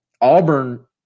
Auburn